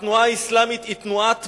התנועה האסלאמית היא תנועה בת,